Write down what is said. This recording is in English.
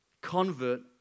convert